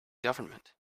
government